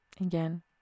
Again